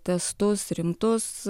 testus rimtus